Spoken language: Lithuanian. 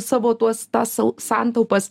savo tuos tą sal santaupas